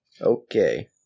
Okay